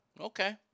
Okay